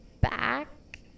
back